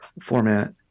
format